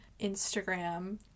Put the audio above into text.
Instagram